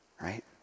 right